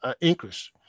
increase